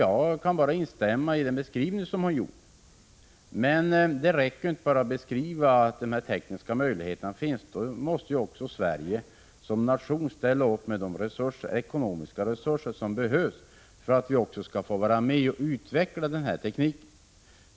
Jag kan bara instämma i hennes beskrivning, men det räcker inte att beskriva att de tekniska möjligheterna finns, utan Sverige som nation måste också ställa upp med de ekonomiska resurser som behövs för att vi skall få vara med i utvecklingen av tekniken.